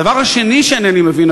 הדבר השני שאינני מבין,